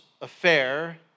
affair